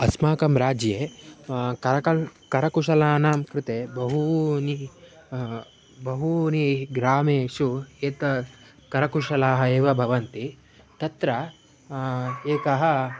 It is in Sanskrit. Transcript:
अस्माकं राज्ये कार्कळ् करकुशलानां कृते बहुषु बहुषु ग्रामेषु एते करकुशलाः एव भवन्ति तत्र एकं